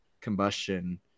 combustion